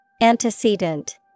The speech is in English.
Antecedent